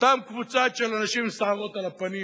אותה קבוצה של אנשים עם שערות על הפנים,